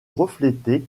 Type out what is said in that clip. refléter